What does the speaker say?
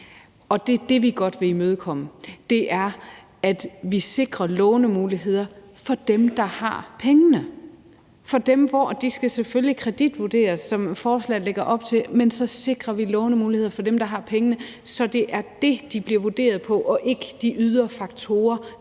Det er det, vi godt vil imødekomme, altså at vi sikrer lånemuligheder for dem, der har pengene. De skal selvfølgelig kreditvurderes, som forslaget lægger op til, men så sikrer vi lånemuligheder for dem, der har pengene, så det er det, de bliver vurderet på, og ikke de ydre faktorer,